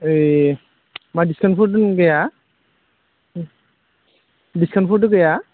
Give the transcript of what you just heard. ओइ मा बिसखानफोरथ' गैया बिसखानफोरथ' गैया